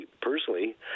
personally